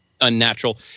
unnatural